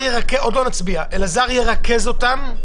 היועץ המשפטי של הוועדה ירכז אותן.